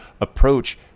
approach